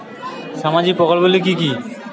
সামাজিক প্রকল্প গুলি কি কি?